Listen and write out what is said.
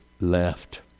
left